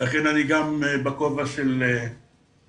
אכן, אני גם בכובע של חצי